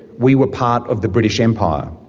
we were part of the british empire.